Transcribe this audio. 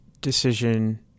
decision